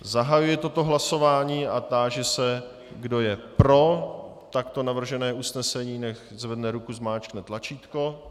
Zahajuji toto hlasování a táži se, kdo je pro takto navržené usnesení, ať zvedne ruku a zmáčkne tlačítko.